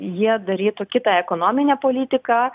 jie darytų kitą ekonominę politiką